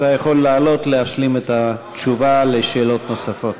אתה יכול לעלות להשלים את התשובה על שאלות נוספות.